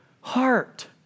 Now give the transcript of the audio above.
heart